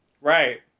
Right